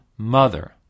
mother